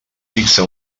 fixa